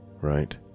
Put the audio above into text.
right